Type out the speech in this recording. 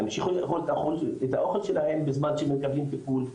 ימשיכו לקבל את האוכל שלה בזמן שמקבלים טיפול,